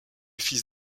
fils